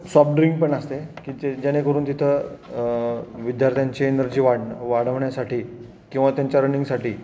soft drink पण असते की जे जेणेकरून तिथं विद्यार्थ्यांची एनर्जी वाढ वाढवण्यासाठी किंवा त्यांच्या रनिंगसाठी